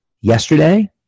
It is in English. Yesterday